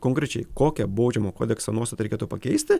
konkrečiai kokią baudžiamojo kodekso nuostatą reikėtų pakeisti